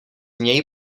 něj